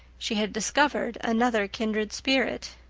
she had discovered another kindred spirit.